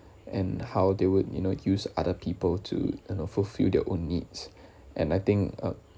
and how they would you know use other people to you know fulfil their own needs and I think uh